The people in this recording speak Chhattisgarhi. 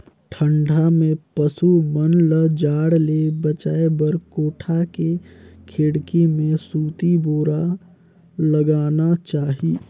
ठंडा में पसु मन ल जाड़ ले बचाये बर कोठा के खिड़की में सूती बोरा लगाना चाही